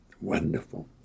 wonderful